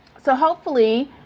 so hopefully,